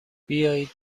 بیایید